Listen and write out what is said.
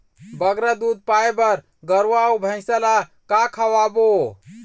बगरा दूध पाए बर गरवा अऊ भैंसा ला का खवाबो?